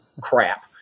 crap